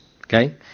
Okay